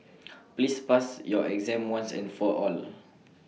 please pass your exam once and for all